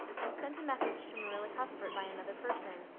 and sent a message to marilla cuthbert by another person.